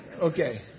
Okay